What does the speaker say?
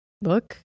Look